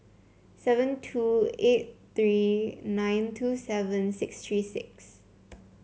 seven two eight three nine two seven six three six